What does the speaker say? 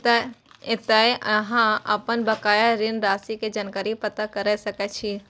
एतय अहां अपन बकाया ऋण राशि के जानकारी पता कैर सकै छी